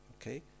okay